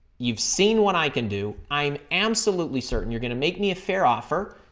you've seen what i can do. i'm absolutely certain you're going to make me a fair offer.